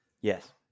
Yes